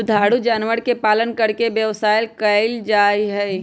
दुधारू जानवर के पालन करके व्यवसाय कइल जाहई